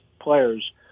players